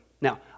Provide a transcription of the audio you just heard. Now